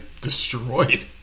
destroyed